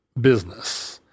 business